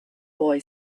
boy